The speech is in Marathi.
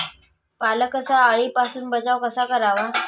पालकचा अळीपासून बचाव कसा करावा?